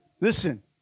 Listen